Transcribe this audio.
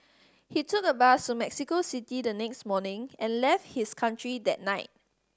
he took a bus to Mexico City the next morning and left his country that night